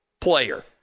player